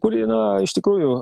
kuri na iš tikrųjų